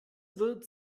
wird